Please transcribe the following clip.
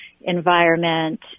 environment